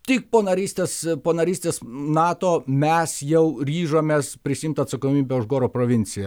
tik po narystės po narystės nato mes jau ryžomės prisiimt atsakomybę už goro provinciją